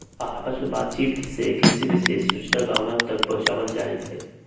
आपस में बात चित से कृषि विशेष सूचना गांव गांव तक पहुंचावल जाईथ हई